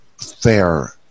fair